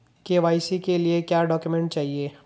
KYC के लिए क्या क्या डॉक्यूमेंट चाहिए?